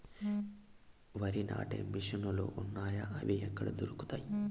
వరి నాటే మిషన్ ను లు వున్నాయా? అవి ఎక్కడ దొరుకుతాయి?